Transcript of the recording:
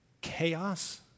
chaos